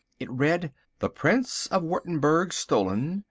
it read the prince of wurttemberg stolen.